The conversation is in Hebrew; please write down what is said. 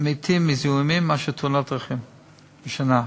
מתים מזיהומים מאשר מתאונות דרכים בשנה.